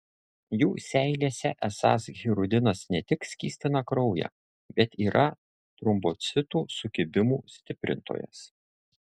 jų seilėse esąs hirudinas ne tik skystina kraują bet yra trombocitų sukibimų stiprintojas